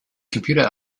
computer